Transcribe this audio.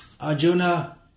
Arjuna